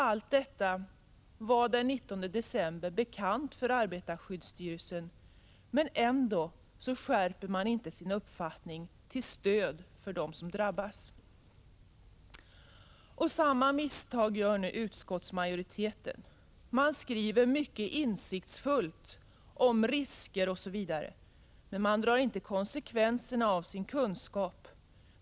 Allt detta var den 19 december bekant för arbetarskyddsstyrelsen, men ändå skärper man inte sin uppfattning till stöd för dem som drabbas. Samma misstag gör nu utskottsmajoriteten. Man skriver mycket insiktsfullt om risker osv., men man drar inte konsekvenserna av sin kunskap.